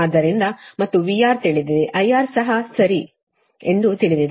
ಆದ್ದರಿಂದ ಮತ್ತು VR ತಿಳಿದಿದೆ IR ಸಹ ಸರಿ ಎಂದು ತಿಳಿದಿದೆ